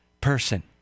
person